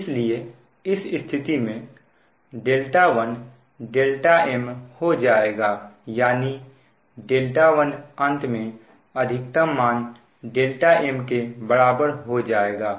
इसलिए इस स्थिति में 1 m हो जाएगा यानी 1 अंत में अधिकतम मान m के बराबर हो जाएगा